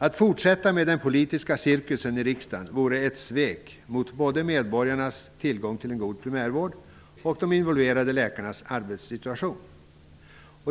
Att fortsätta med den politiska cirkusen i riksdagen vore ett svek mot både medborgarnas tillgång till en god primärvård och de involverade läkarnas arbetssituation.